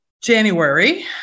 January